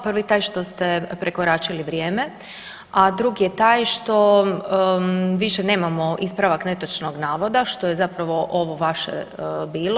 Prvi je taj što ste prekoračili vrijeme, a drugi je taj što više nemamo ispravak netočnog navoda što je zapravo ovo vaše bilo.